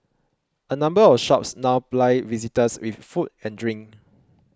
a number of shops now ply visitors with food and drink